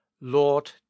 Lord